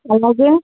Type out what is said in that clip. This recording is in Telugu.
అలాగే